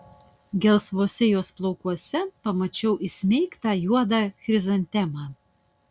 gelsvuose jos plaukuose pamačiau įsmeigtą juodą chrizantemą